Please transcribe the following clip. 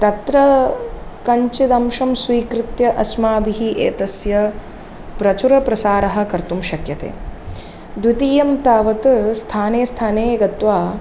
तत्र कञ्चिदंशं स्वीकृत्य अस्माभिः एतस्य प्रचुरप्रसारः कर्तुं शक्यते द्वितीयं तावत् स्थाने स्थाने गत्वा